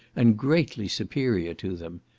and greatly superior to them.